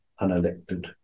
unelected